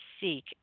seek